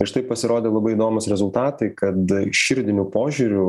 ir štai pasirodė labai įdomūs rezultatai kad širdiniu požiūriu